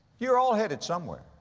you are all headed somewhere.